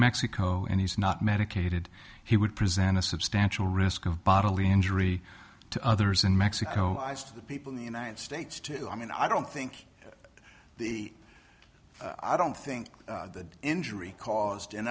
mexico and he's not medicated he would present a substantial risk of bodily injury to others in mexico eyes to the people in the united states to i mean i don't think the i don't think the injury caused in